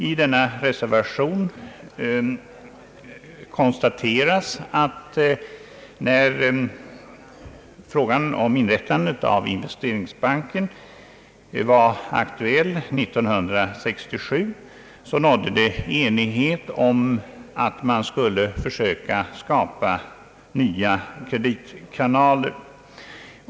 I denna reservation konstateras att när frågan om inrättande av Investeringsbanken var aktuell 1967, rådde det enighet om att man skulle försöka skapa nya kreditkanaler.